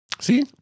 See